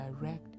direct